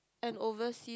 an overseas